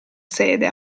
sede